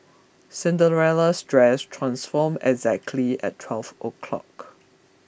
Cinderella's dress transformed exactly at twelve o'clock